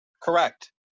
Correct